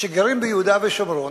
שגרים ביהודה ושומרון,